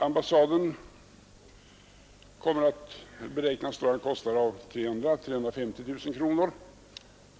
Ambassaden beräknas komma att dra en kostnad av 300 000-350 000 kronor.